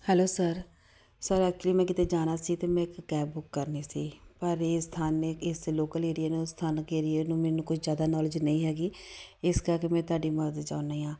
hello sir sir actually ਮੈਂ ਕਿਤੇ ਜਾਣਾ ਸੀ ਅਤੇ ਮੈਂ ਇੱਕ ਕੈਬ ਬੁੱਕ ਕਰਨੀ ਸੀ ਪਰ ਇਸ ਸਥਾਨਕ ਇਸ ਲੋਕਲ ਏਰੀਆ ਨੂੰ ਸਥਾਨਕ ਏਰੀਏ ਨੂੰ ਮੈਨੂੰ ਕੋਈ ਜ਼ਿਆਦਾ ਨੌਲੇਜ ਨਹੀਂ ਹੈਗੀ ਇਸ ਕਰਕੇ ਮੈਂ ਤੁਹਾਡੀ ਮਦਦ ਚਾਹੁੰਦੀ ਹਾਂ